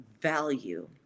value